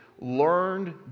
Learned